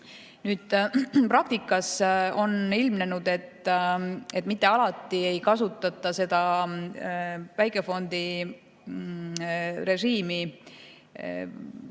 Praktikas on ilmnenud, et mitte alati ei kasutata seda väikefondirežiimi